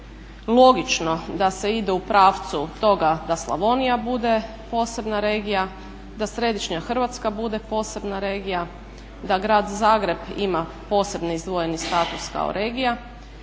logično da se ide u pravcu toga da Slavonija bude posebna regija, da središnja Hrvatska bude posebna regija, da Grad Zagreb ima posebni izdvojeni status kao regija,